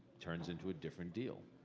turns into a different deal.